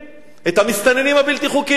את המסתננים הבלתי-חוקיים.